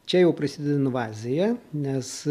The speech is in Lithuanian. čia jau prasideda invazija nes